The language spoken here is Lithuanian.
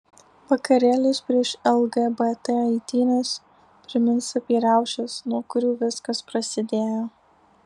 vakarėlis prieš lgbt eitynes primins apie riaušes nuo kurių viskas prasidėjo